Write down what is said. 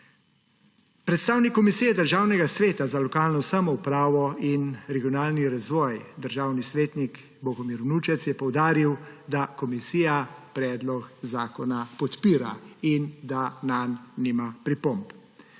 Predstavnik Komisije Državnega sveta za lokalno samoupravo in regionalni razvoj državni svetnik Bogomir Vnučec je poudaril, da komisija predlog zakona podpira in da nanj nima pripomb.